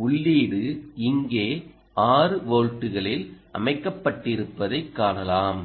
எனவே உள்ளீடு இங்கே 6 வோல்ட்டுகளில் அமைக்கப்பட்டிருப்பதைக் காணலாம்